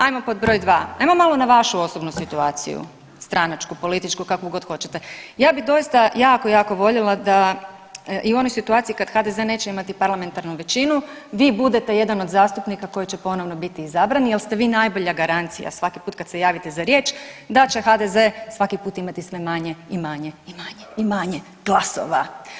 Ajmo pod br. 2, ajmo malo na vašu osobnu situaciju stranačku, političku kakvu god hoćete, ja bi doista jako, jako voljela da i u onoj situaciji kad HDZ neće imati parlamentarnu većinu vi budete jedan od zastupnika koji će ponovno biti izabran jer ste vi najbolja garancija svaki put kad se javite za riječ da će HDZ svaku put imati sve manje i manje i manje i manje glasova.